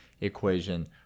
equation